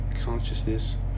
consciousness